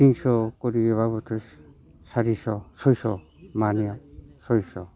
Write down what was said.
तिनस' खरिब्लाबोथ' सारिस' सयस' मानिया सयस'